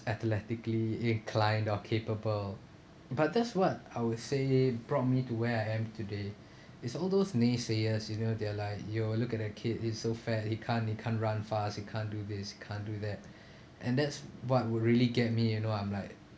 athletically inclined or capable but that's what I would say brought me to where I am today it's all those naysayers you know they are like yo look at the kid is so fast he can't he can't run fast he can't do this can't do that and that's what would really get me you know I'm like